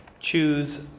Choose